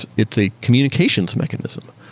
it's a communications mechanism.